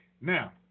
Now